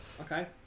Okay